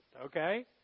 okay